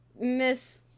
Miss